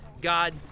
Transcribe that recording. God